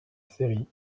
série